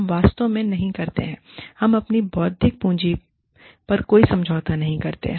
हम वास्तव में नहीं करते हैं हम अपनी बौद्धिक पूंजी पर कोई समझौता नहीं करते हैं